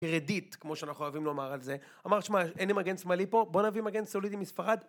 קרדיט כמו שאנחנו אוהבים לומר על זה אמר שמע אין לי מגן שמלאי פה בוא נביא מגן סולידי מספרד